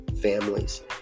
families